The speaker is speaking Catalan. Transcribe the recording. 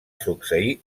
succeir